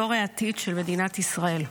דור העתיד של מדינת ישראל.